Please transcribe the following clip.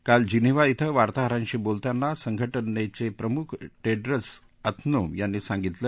काल जिनिव्हा क्वें वार्ताहरांशी बोलताना संघगटनेचे प्रमुख टेडर्स अधनोम यांनी सांगितलं